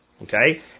Okay